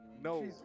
No